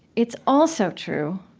it's also true,